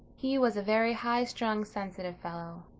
he was a very high-strung, sensitive fellow.